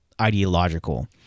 ideological